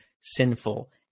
sinful